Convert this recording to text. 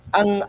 ang